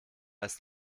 ist